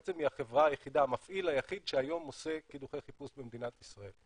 בעצם היא המפעיל היחיד שהיום עושה קידוחי חיפוש במדינת ישראל.